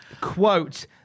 Quote